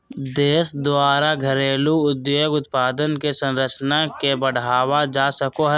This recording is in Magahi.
देश द्वारा घरेलू उद्योग उत्पाद के संरक्षण ले बढ़ावल जा सको हइ